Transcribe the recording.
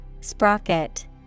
Sprocket